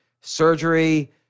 surgery